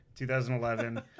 2011